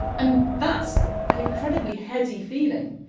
and that! s an incredibly heady feeling.